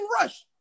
rush